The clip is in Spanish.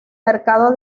mercado